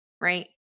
right